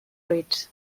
fruits